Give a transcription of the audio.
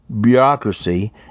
bureaucracy